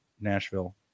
nashville